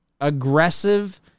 aggressive